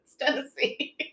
Tennessee